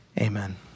amen